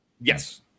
Yes